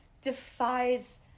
defies